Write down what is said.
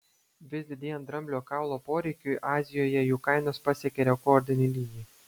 vis didėjant dramblio kaulo poreikiui azijoje jų kainos pasiekė rekordinį lygį